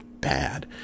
bad